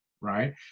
right